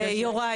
יוראי,